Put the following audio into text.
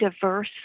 diverse